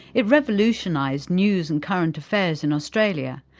it revolutionised news and current affairs in australia,